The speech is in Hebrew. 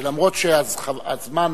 שאף שהזמן